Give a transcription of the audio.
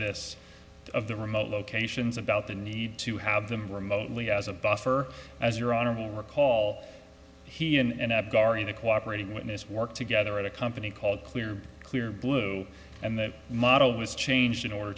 this of the remote locations about the need to have them remotely as a buffer as your honorable recall he and guarino cooperating witness work together at a company called clear clear blue and that model was changed in order